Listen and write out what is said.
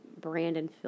Brandon